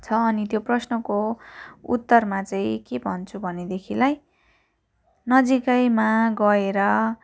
छ अनि त्यो प्रश्नको उत्तरमा चाहिँ के भन्छु भनेदेखिलाई नजिकैमा गएर